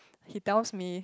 he tells me